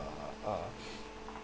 uh uh